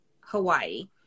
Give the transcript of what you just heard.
Hawaii